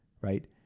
right